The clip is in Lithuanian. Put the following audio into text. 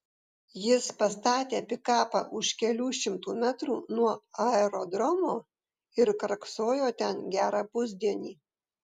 jis pastatė pikapą už kelių šimtų metrų nuo aerodromo ir karksojo ten gerą pusdienį